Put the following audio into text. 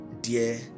dear